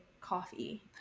coffee